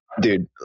dude